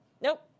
Nope